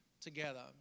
together